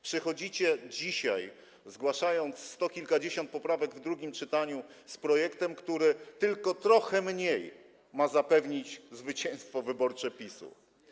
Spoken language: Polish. Przychodzicie dzisiaj, zgłaszając sto kilkadziesiąt poprawek w drugim czytaniu, z projektem, który tylko w trochę mniejszym stopniu ma zapewnić zwycięstwo wyborcze PiS-u.